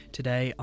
Today